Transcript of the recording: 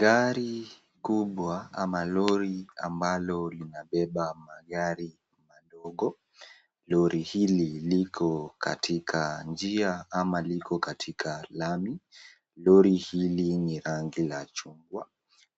Gari kubwa ama lori ambalo linabeba magari madogo. Lori hili liko katika njia ama liko katika lami. Lori hili ni rangi la chungwa.